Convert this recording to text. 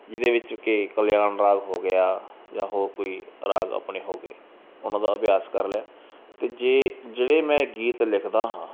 ਜਿਹਦੇ ਵਿੱਚ ਕਿ ਕਲਿਆਣ ਰਾਗ ਹੋ ਗਿਆ ਜਾਂ ਹੋਰ ਕੋਈ ਰਾਗ ਆਪਣੇ ਹੋ ਗਏ ਉਹਨਾਂ ਦਾ ਅਭਿਆਸ ਕਰ ਲਿਆ ਅਤੇ ਜੇ ਜਿਹੜੇ ਮੈਂ ਗੀਤ ਲਿਖਦਾ ਹਾਂ